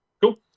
Cool